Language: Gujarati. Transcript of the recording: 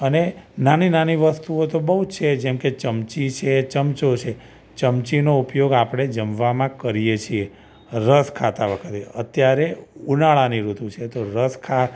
અને નાની નાની વસ્તુઓ તો બહુ છે જેમકે ચમચી છે ચમચો છે ચમચીનો ઉપયોગ આપણે જમવામાં કરીએ છીએ રસ ખાતાં વખતે અત્યારે ઉનાળાની ઋતુ છે તો રસ ખા